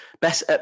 best